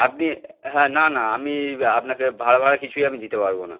আপনি হ্যাঁ না না আমি আপনাকে ভাড়া ফাড়া কিছুই আমি দিতে পারব না